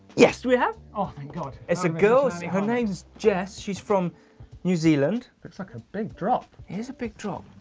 yes, we have. oh, thank god. it's a girl, her name's jess, she's from new zealand. looks like a big drop. it is a big drop.